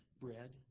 bread